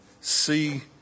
see